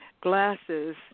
glasses